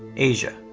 asia,